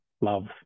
love